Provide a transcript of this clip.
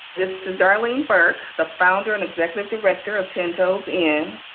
this is darlene burke, the founder and executive director of ten toes in.